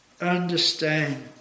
understand